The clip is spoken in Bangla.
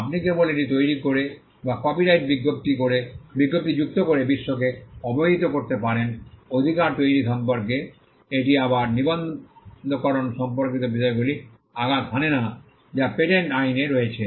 আপনি কেবল এটি তৈরি করে বা কপিরাইট বিজ্ঞপ্তি যুক্ত করে বিশ্বকে অবহিত করতে পারেন অধিকার তৈরি সম্পর্কে এটি আবার নিবন্ধকরণ সম্পর্কিত বিষয়গুলিতে আঘাত হানে না যা পেটেন্ট আইন রয়েছে